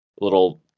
little